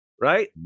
Right